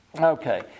Okay